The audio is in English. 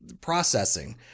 processing